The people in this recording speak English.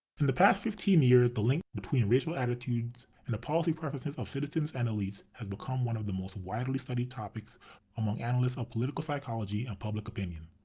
in the past fifteen years, the link between racial attitudes and the policy preferences of citizens and elites has become one of the most widely studied topics among analysts of political psychology and public opinion.